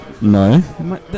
No